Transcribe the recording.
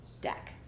deck